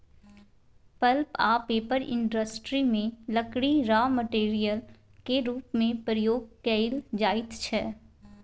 pulp आ paper industry मे लकड़ी राँ मेटेरियल केर रुप मे प्रयोग कएल जाइत छै